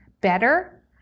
better